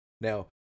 Now